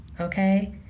Okay